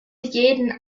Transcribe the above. jeden